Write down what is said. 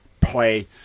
play